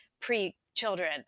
pre-children